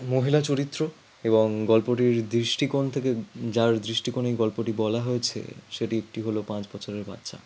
মহিলা চরিত্র এবং গল্পটির দৃষ্টিকোণ থেকে যার দৃষ্টিকোণে এই গল্পটি বলা হয়েছে সেটি একটি হলো পাঁচ বছরের বাচ্চা